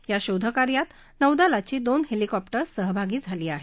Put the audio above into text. या शोधकार्यात नौदलाची दोन हेलीकॉप्टर्सही सहभागी झाली आहेत